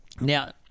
Now